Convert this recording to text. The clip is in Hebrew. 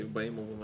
היו באים אומרים,